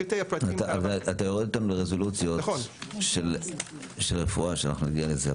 אבל אתה יורד לרזולוציות של רפואה שאנחנו נגיע לזה.